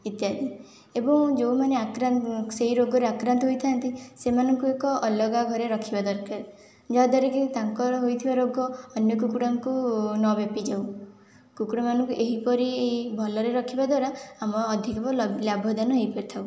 ଇତ୍ୟାଦି ଏବଂ ଯେଉଁମାନେ ଆକ୍ରା ସେଇ ରୋଗରେ ଆକ୍ରାନ୍ତ ହୋଇଥାନ୍ତି ସେମାନଙ୍କୁ ଏକ ଅଲଗା ଘରେ ରଖିବା ଦରକାର ଯାହାଦ୍ୱାରା କି ତାଙ୍କର ହୋଇଥିବା ରୋଗ ଅନ୍ୟ କୁକୁଡ଼ାଙ୍କୁ ନ ବ୍ୟାପିଯାଉ କୁକୁଡ଼ାମାନଙ୍କୁ ଏହିପରି ଭଲରେ ରଖିବା ଦ୍ଵାରା ଆମେ ଅଧିକ ଲଭ ଲାଭ ଦାନ ହୋଇପାରୁଥାଉ